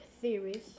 theories